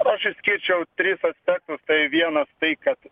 aš išskirčiau tris aspektus tai vienas tai kad